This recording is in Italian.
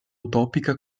utopica